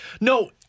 no